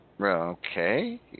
Okay